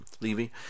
Levy